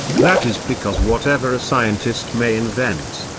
that is because whatever a scientist may invent,